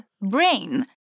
brain